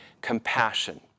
compassion